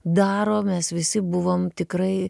daro mes visi buvom tikrai